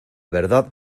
verdad